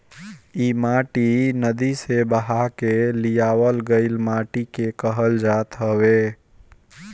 इ माटी नदी से बहा के लियावल गइल माटी के कहल जात हवे